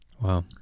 Wow